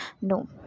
no